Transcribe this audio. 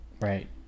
Right